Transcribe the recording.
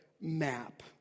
map